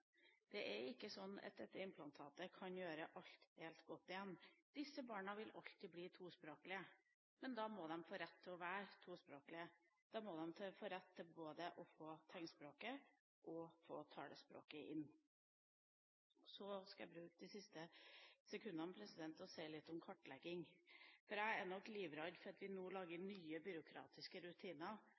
Det er ikke sånn at dette implantatet kan gjøre alt helt godt igjen. Disse barna vil alltid bli tospråklige, men da må de få rett til å være tospråklige, da må de få rett til å få både tegnspråket og talespråket inn. Så skal jeg bruke de siste sekundene til å si litt om kartlegging. Jeg er nok livredd for at vi nå lager nye byråkratiske rutiner,